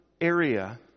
area